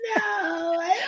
no